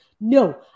No